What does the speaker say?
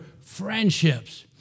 friendships